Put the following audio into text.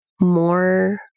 more